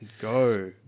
Go